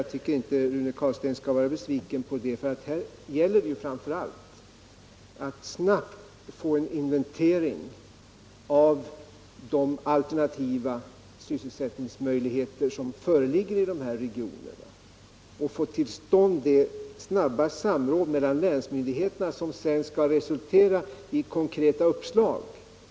Jag tycker inte att Rune Carlstein skall vara besviken på det, eftersom det här framför allt gäller att snabbt få en inventering av de alternativa sysselsättningsmöjligheter som föreligger i regionerna och få till stånd det snabba samråd mellan länsmyndigheterna som främst skall resultera i konkreta uppslag.